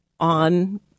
on